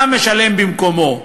אתה משלם במקומו.